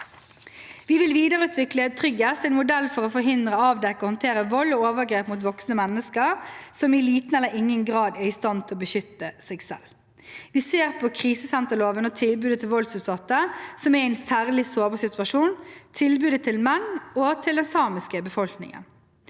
Vi vil videreutvikle TryggEst, en modell for å forhindre, avdekke og håndtere vold og overgrep mot voksne mennesker som i liten eller ingen grad er i stand til å beskytte seg selv. – Vi ser på krisesenterloven og tilbudet til voldsutsatte som er i en særlig sårbar situasjon, tilbudet til menn og til den samiske befolkningen.